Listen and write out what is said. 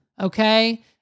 Okay